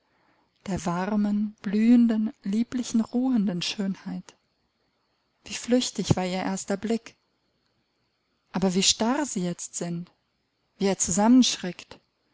der warmen blühenden lieblichen ruhenden schönheit wie flüchtig war ihr erster blick aber wie starr sie jetzt sind wie er